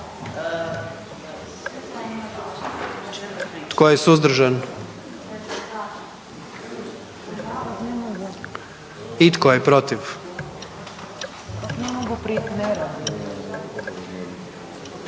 Tko je suzdržan? Tko je protiv?